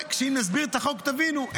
כשאסביר את החוק, תבינו.